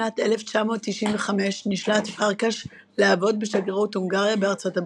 בשנת 1995 נשלח פרקש לעבוד בשגרירות הונגריה בארצות הברית.